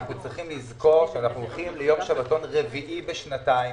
אנחנו צריכים לזכור שאנחנו הולכים ליום שבתון רביעי בשנתיים.